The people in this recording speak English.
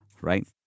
Right